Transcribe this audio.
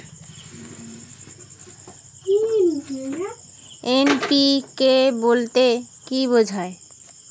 NPK বলতে কী বোঝায়?